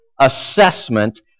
assessment